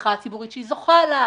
התמיכה הציבורית שהיא זוכה לה,